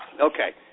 Okay